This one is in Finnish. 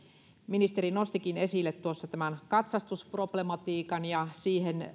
ministeri nostikin esille tämän katsastusproblematiikan ja siihen